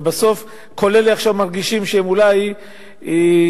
ובסוף כל אלה עכשיו מרגישים שהם אולי מקופחים